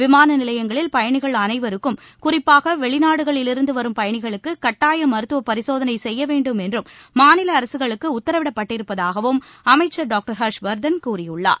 விமான நிலையங்களில் பயணிகள் அனைவருக்கும் குறிப்பாக வெளிநாடுகளிலிருந்து வரும் பயணிகளுக்கு கட்டாய மருத்துவ பரிசோதனை செய்ய வேண்டும் என்று மாநில அரசுகளுக்கு உத்தரவிடப்பட்டிருப்பதாகவும் அமைச்சர் டாக்டர் ஹர்ஷ்வர்தன் கூறியுள்ளார்